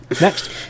Next